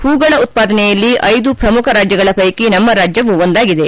ಹೂಗಳ ಉತ್ಪಾದನೆಯಲ್ಲಿ ಐದು ಪ್ರಮುಖ ರಾಜ್ಯಗಳ ಪೈಕಿ ನಮ್ಮ ರಾಜ್ಯವೂ ಒಂದಾಗಿದೆ